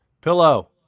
Pillow